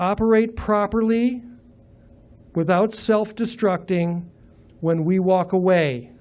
operate properly without self destructing when we walk away